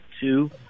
two